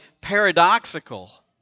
paradoxical